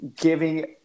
giving